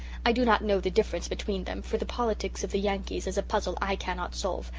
i do not know the difference between them, for the politics of the yankees is a puzzle i cannot solve,